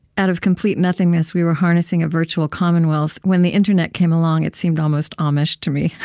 out of complete nothingness, we were harnessing a virtual commonwealth. when the internet came along, it seemed almost amish to me.